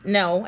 no